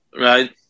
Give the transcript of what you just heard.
right